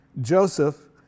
Joseph